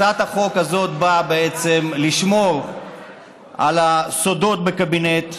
הצעת החוק הזאת באה לשמור על הסודות בקבינט,